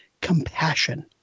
compassion